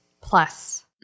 plus